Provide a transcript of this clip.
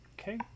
Okay